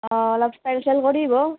অঁ অলপ ষ্টাইল চাইল কৰি আহিব